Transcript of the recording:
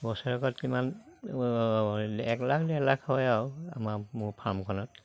বছৰেকত কিমান এক লাখ ডেৰ লাখ হয় আৰু আমাৰ মোৰ ফাৰ্মখনত